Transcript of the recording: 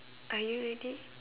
are you ready